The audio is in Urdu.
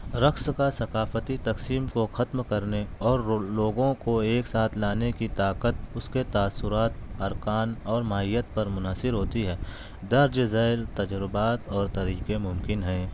رقص کا ثقافتی تقسیم کو ختم کرنے اور لوگوں کو ایک ساتھ لانے کی طاقت اس کے تاثرات ارکان اور ماہیت پر منحصر ہوتی ہے درج ذیل تجربات اور طریقے ممکن ہے